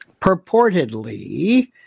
purportedly